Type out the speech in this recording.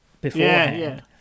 beforehand